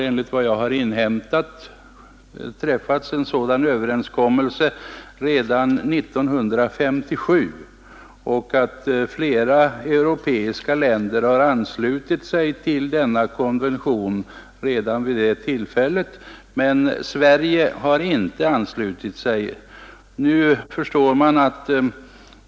Enligt vad jag inhämtat har en sådan överenskommelse träffats redan 1957, och flera europeiska länder anslöt sig till denna konvention redan vid det tillfället, men Sverige har inte anslutit sig.